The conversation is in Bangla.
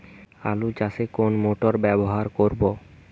আলু চাষে কোন মোটর ব্যবহার করব?